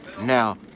Now